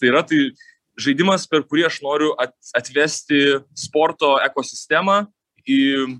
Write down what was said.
tai yra tai žaidimas per kurį aš noriu atvesti sporto ekosistemą į